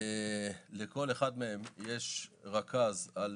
לכל אחד מהם יש רכז על